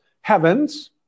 heavens